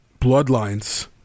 bloodlines